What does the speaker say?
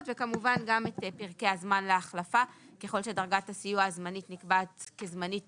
וכמובן גם את פרקי הזמן להחלפה ככל שדרגת הסיוע הזמנית נקבעת כזמנית